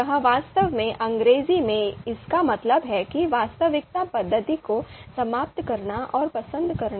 यह वास्तव में अंग्रेजी में इसका मतलब है कि वास्तविकता पद्धति को समाप्त करना और पसंद करना